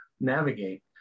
navigate